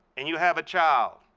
and you have a child,